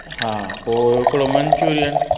हा पोइ हिकिड़ो मंचुरियन